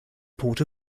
port